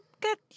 get